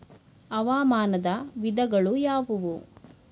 ಹವಾಮಾನದ ವಿಧಗಳು ಯಾವುವು?